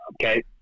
Okay